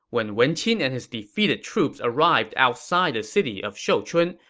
when wen qin and his defeated troops arrived outside the city of shouchun,